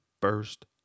first